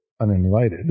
Uninvited